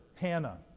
Hannah